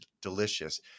delicious